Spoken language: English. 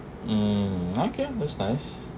um okay that’s nice